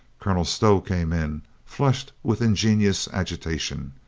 colonel stow came in, flushed with in genuous agitation.